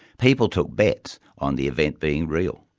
people took bets on the event being real.